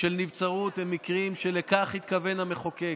הם מקרים שאליהם התכוון המחוקק,